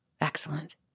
Excellent